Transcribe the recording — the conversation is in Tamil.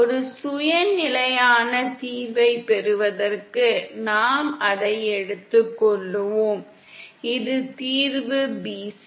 ஒரு சுய நிலையான தீர்வைப் பெறுவதற்கு நாம் அதை எடுத்துக்கொள்வோம் இது தீர்வு bc